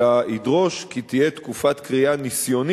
אלא ידרוש כי תהיה תקופת כרייה ניסיונית,